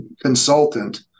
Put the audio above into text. consultant